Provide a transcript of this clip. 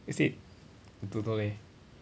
is it don't know leh